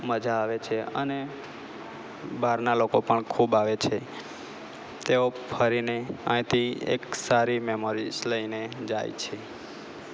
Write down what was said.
મજા આવે છે અને બહારના લોકો પણ ખૂબ આવે છે તેઓ ફરીને અહીંથી એક સારી મેમરીઝ લઈને જાય છે